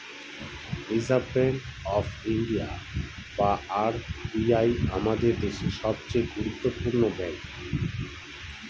reserve bank of India বা RBI আমাদের দেশের সবচেয়ে গুরুত্বপূর্ণ ব্যাঙ্ক